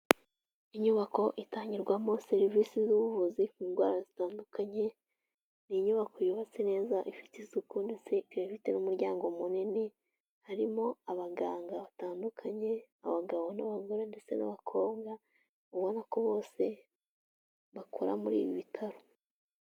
Inyubako itangirwamo serivisi z'ubuvuzi ku ndwara zitandukanye. Ni inyubako yubatse neza ifite isuku ndetse ikaba ifite n'umuryango munini. Harimo abaganga batandukanye, abagabo n'abagore ndetse n'abakobwa. Ubona ko bose bakora muri ibi bitaro.